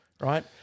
right